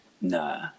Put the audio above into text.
nah